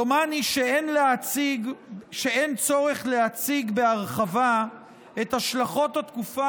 דומני שאין צורך להציג בהרחבה את השלכות התקופה